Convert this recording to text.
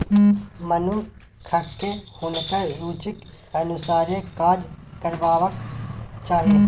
मनुखकेँ हुनकर रुचिक अनुसारे काज करबाक चाही